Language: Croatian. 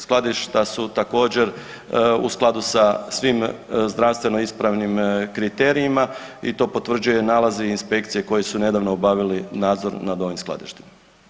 Skladišta su također u skladu sa svim zdravstveno ispravnim kriterijima i to potvrđuju nalazi inspekcije koji su nedavno obavili nadzor nad ovim skladištem.